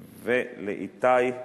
ולאיתי,